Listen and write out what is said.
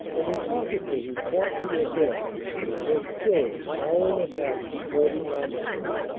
and an officer who fought here then was killed an hour and a half before the armistice.